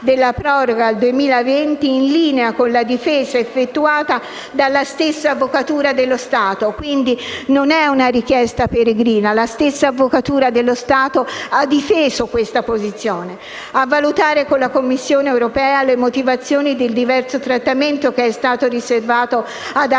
della proroga al 2020, in linea con la difesa effettuata dalla stessa Avvocatura dello Stato. Quindi non è una richiesta peregrina: la stessa Avvocatura dello Stato ha difeso questa posizione. Si impegna il Governo a valutare con la Commissione europea le motivazioni del diverso trattamento riservato ad altri